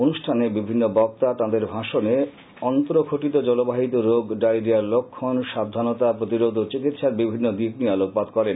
অনুষ্ঠানে বিভিন্ন বক্তা তাঁদের ভাষণে অন্ত্রঘটিত জলবাহিত রোগ ডাইরিয়ার লক্ষণ সাবধানতা প্রতিরোধ ও চিকিৎসার বিভিন্ন দিক নিয়ে আলোকপাত করেন